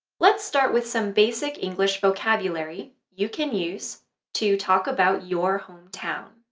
let's start with some basic english vocabulary you can use to talk about your hometown.